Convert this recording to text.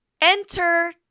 Enter